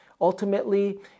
Ultimately